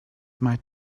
might